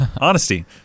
Honesty